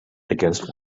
against